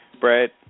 Brett